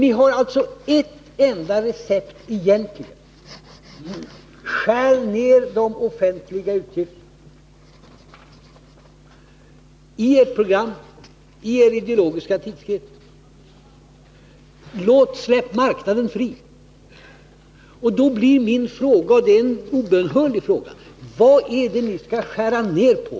Ni har egentligen bara ett enda recept i ert program och er ideologiska tidskrift: Skär ned de offentliga utgifterna, släpp marknaden fri! Då blir min fråga — och det är en obönhörlig fråga: Vad är det ni skall skära ned på?